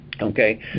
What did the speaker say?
Okay